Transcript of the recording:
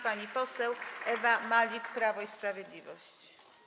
Pani poseł Ewa Malik, Prawo i Sprawiedliwość.